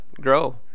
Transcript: grow